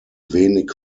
wenig